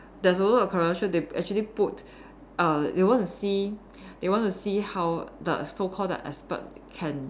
there's a lot of Korean show they actually put uh they want to see they want to see how the so called the expert can